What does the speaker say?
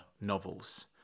novels